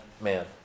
man